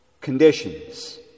conditions